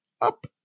up